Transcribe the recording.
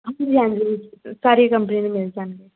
ਹਾਂਜੀ ਹਾਂਜੀ ਸਾਰੀ ਕੰਪਨੀਆਂ ਦੇ ਮਿਲ ਜਾਣਗੇ